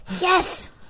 Yes